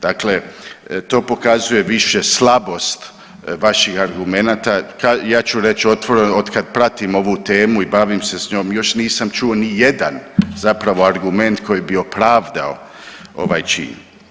Dakle, to pokazuje više slabost vaših argumenata, ja ću reći otvoreno od kad pratim ovu temu i bavim se s njom još nisam čuo nijedan zapravo argument koji bi opravdao ovaj čin.